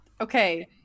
okay